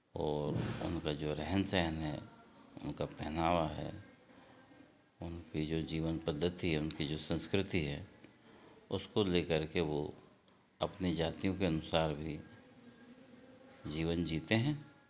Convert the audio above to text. और उनका जो रहन सहन है उनका पहनावा है उनकी जो जीवन पद्धति है उनकी जो संस्कृति है उसको लेकर के वो अपनी जातियों के अनुसार भी जीवन जीते हैं